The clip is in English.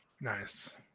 Nice